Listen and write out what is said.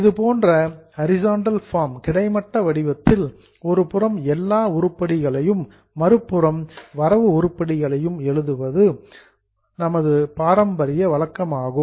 இதுபோன்ற horizontal form கிடைமட்ட வடிவத்தில் ஒருபுறம் எல்லா பற்று உருப்படிகளும் மறுபுறம் வரவு உருப்படிகளும் எழுதுவது நமது பாரம்பரிய வழக்கமாகும்